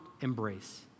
embrace